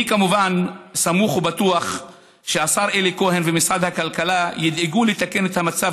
אני כמובן סמוך ובטוח שהשר אלי כהן ומשרד הכלכלה ידאגו לתקן את המצב